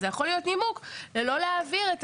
זה יכול להיות נימוק ללא להעביר את